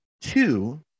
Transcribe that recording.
two